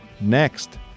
Next